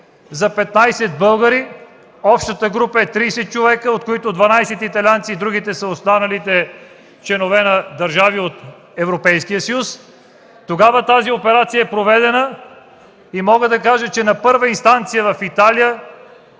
за 15 българи. Общата група е 30 човека, от които 12 италианци, а другите са от останали държави от Европейския съюз. Тогава тази операция е проведена. Мога да кажа, че на първа инстанция в Италия